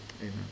Amen